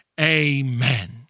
Amen